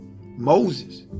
Moses